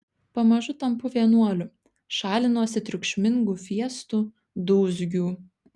pamažu tampu vienuoliu šalinuosi triukšmingų fiestų dūzgių